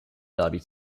derby